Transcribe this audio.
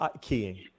keying